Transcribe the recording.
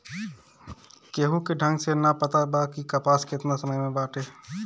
केहू के ढंग से ना पता बा कि कपास केतना समय से बाटे